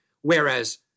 whereas